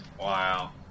Wow